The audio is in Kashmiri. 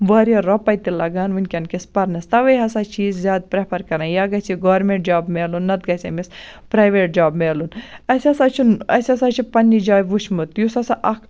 واریاہ رۄپے تہِ لَگان وُنکیٚن کِس پَرنَس تَوَے ہَسا چھِ یہِ زیاد پرٛیٚفَر کَران یا گَژھِ یہِ گورمِنٹ جاب میلُن نَتہٕ گَژھِ أمِس پرٛایویٹ جاب میلُن اَسہِ ہَسا چھُنہٕ اَسہِ ہَسا چھُ پَننہِ جایہِ وُچھمُت یُس ہَسا اکھ